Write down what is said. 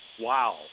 Wow